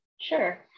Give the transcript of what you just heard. Sure